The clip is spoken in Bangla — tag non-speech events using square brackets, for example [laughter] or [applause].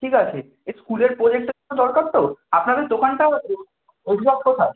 ঠিক আছে এই স্কুলের প্রোজেক্টের জন্য দরকার তো আপনাদের দোকানটা [unintelligible] একজ্যাক্ট কোথায়